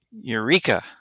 Eureka